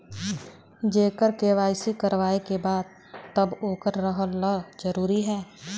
जेकर के.वाइ.सी करवाएं के बा तब ओकर रहल जरूरी हे?